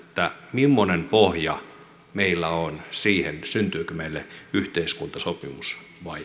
millainen pohja meillä on siihen syntyykö meille yhteiskuntasopimus vai